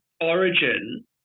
origin